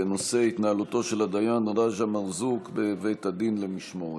בנושא: התנהלותו של הדיין רג'א מרזוק בבית הדין למשמורת.